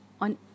on